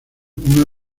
una